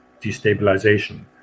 destabilization